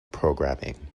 programming